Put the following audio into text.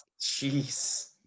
jeez